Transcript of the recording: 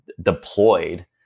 deployed